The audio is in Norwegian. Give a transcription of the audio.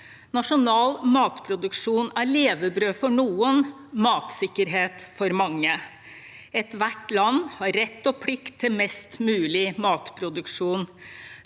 Nasjonal matproduksjon er levebrød for noen – og matsikkerhet for mange. Ethvert land har rett og plikt til mest mulig matproduksjon.